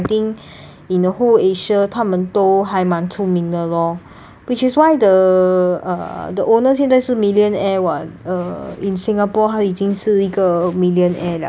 in the whole asia 他们都还蛮出名的 lor which is why the uh the owner 现在是 millionaire [what] err in singapore 他已经是一个 millionaire liao